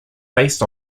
based